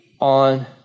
on